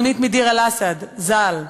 אלמונית מדיר-אל-אסד ז"ל,